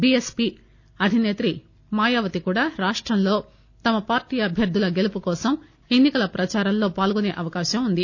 BSP అధినేత్రి మాయావతి కూడా రాష్టంలో తమ పార్టీ అభ్యర్థుల గెలుపు కోసం ఎన్ని కల ప్రచారంలో పాల్గొనే అవకాశం ఉంది